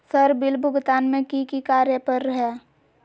Sir bill भुगतान में की की कार्य पर हहै?